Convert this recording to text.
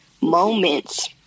Moments